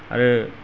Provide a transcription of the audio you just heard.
आरो